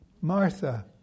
Martha